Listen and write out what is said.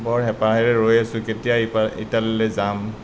বৰ হেঁপাহেৰে ৰৈ আছো কেতিয়া ইপা ইটালীলৈ যাম